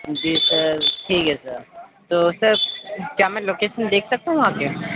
جی sir ٹھیک ہے sir تو سر کیا میں لوکیشن دیکھ سکتا ہوں آ کے